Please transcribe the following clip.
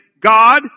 God